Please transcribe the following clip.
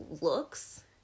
looks